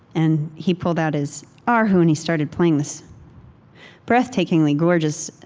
and he pulled out his ah erhu, and he started playing this breathtakingly gorgeous